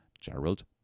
Gerald